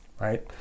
right